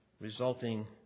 Resulting